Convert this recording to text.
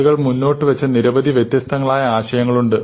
ആളുകൾ മുന്നോട്ട് വച്ച നിരവധി വ്യത്യസ്തങ്ങളായ ആശയങ്ങളുണ്ട്